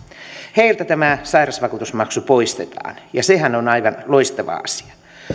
heiltä tämä sairausvakuutusmaksu poistetaan ja sehän on aivan loistava asia